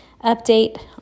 update